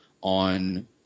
on